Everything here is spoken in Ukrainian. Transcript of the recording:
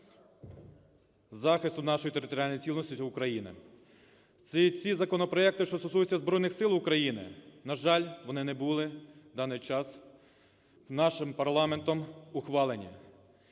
захисту нашої територіальної цілісності Україна. Ці законопроекти, що стосуються Збройних Сил України, на жаль, вони не були в даний час нашим парламентом ухвалені.